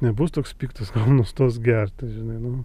nebus toks piktas nustos gert žinai nu